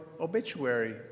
obituary